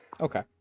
Okay